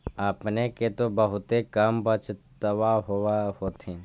अपने के तो बहुते कम बचतबा होब होथिं?